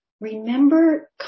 remember